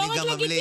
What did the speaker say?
אני גם ממליץ.